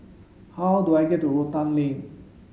how do I get to Rotan Lane